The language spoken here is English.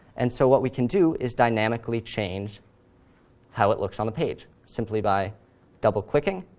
and so what we can do is dynamically change how it looks on the page simply by double clicking,